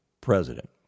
president